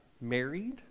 married